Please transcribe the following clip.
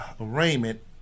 arraignment